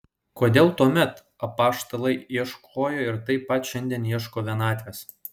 kodėl tuomet apaštalai ieškojo ir taip pat šiandien ieško vienatvės